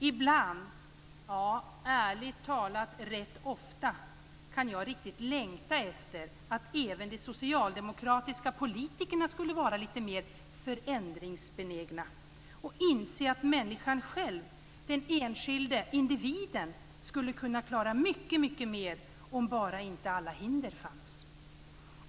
Ibland, ja ärligt talat rätt ofta, kan jag riktigt längta efter att även de socialdemokratiska politikerna skulle vara litet mer förändringsbenägna och inse att människan själv, den enskilde individen, skulle kunna klara mycket, mycket mer om bara inte alla hinder fanns.